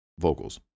vocals